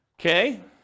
Okay